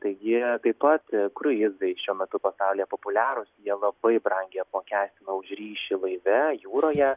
taigi taip pat kruizai šiuo metu pasaulyje populiarūs jie labai brangiai apmokestina už ryšį laive jūroje